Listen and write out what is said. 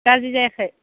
गाज्रि जायाखै